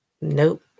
Nope